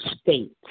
state